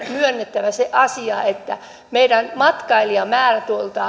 myönnettävä se asia että meidän matkailijamäärämme